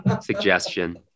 suggestion